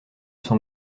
son